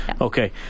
okay